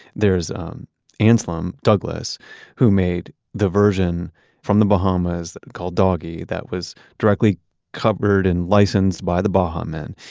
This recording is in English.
there's um anslem douglas who made the version from the bahamas called doggy that was directly covered and licensed by the baha men.